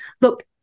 look